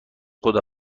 خدا